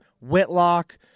Whitlock